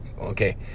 okay